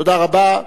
תודה רבה.